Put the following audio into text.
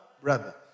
brother